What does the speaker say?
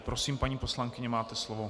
Prosím, paní poslankyně, máte slovo.